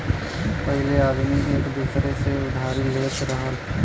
पहिले आदमी एक दूसर से उधारी लेत रहल